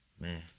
Man